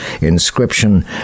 inscription